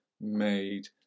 made